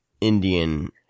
Indian